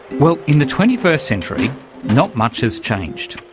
well, in the twenty first century not much has changed,